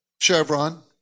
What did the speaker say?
Chevron